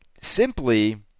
simply